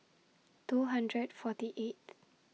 two hundred forty eighth